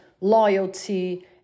loyalty